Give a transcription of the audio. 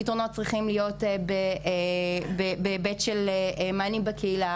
הם צריכים להיות יותר בהיבט של מענים בקהילה.